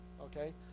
okay